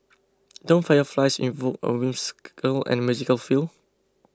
don't fireflies invoke a whimsical and magical feel